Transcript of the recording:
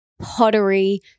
pottery